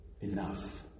enough